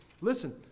listen